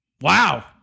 Wow